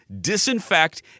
disinfect